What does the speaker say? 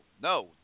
no